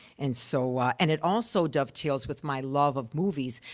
and so and it also dovetails with my love of movies,